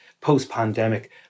post-pandemic